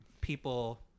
people